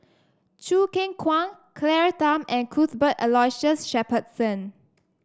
Choo Keng Kwang Claire Tham and Cuthbert Aloysius Shepherdson